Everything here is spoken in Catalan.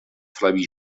flavi